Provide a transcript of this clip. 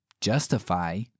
justify